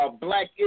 black